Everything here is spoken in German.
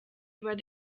über